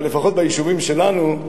אבל לפחות ביישובים שלנו,